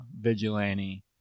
vigilante